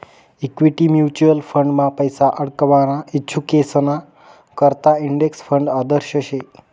equity mutual फंडमा पैसा आडकवाना इच्छुकेसना करता इंडेक्स फंड आदर्श शे